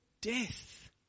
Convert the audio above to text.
Death